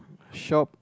shop